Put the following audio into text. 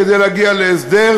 כדי להגיע להסדר,